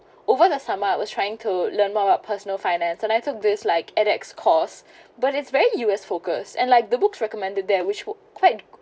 over the summer I was trying to learn more about personal finance and I took this like ed_X course but it's very U_S focus and like the books recommended there which would quite